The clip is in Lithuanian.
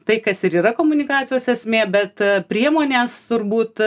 tai kas ir yra komunikacijos esmė bet priemonės turbūt